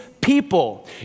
people